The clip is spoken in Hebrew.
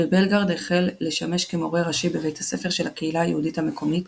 בבלגרד החל לשמש כמורה ראשי בבית הספר של הקהילה היהודית המקומית,